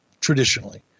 traditionally